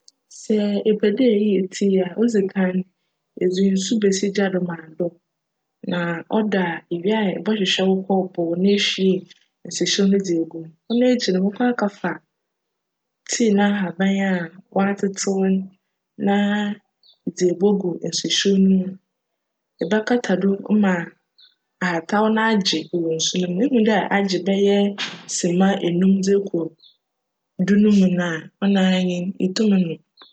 Sj epj dj eyj "tea" a, odzi kan no edze nsu besi gya do ma adc. Na cdc a, ewia ibchwehwj wo kccpow na ehwie nsuhyew no dze egu mu. Cno ekyir no, ebckc akafa "tea" n'ahaban a wcatsetsew no na edze ebogu nsuhyew no mu. Ibjkata do ma ahataw no agye nsu no mu. Ihu dj agye bjyj sema enum rokc du no mu no a, cnoara nye no, itum nom.